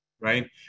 right